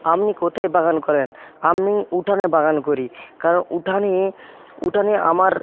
আপনি কোথায় বাগান করেন আমি উঠানে বাগান করি কারণ উঠানে উঠানে আমার